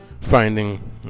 finding